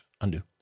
Undo